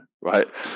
right